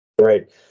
Right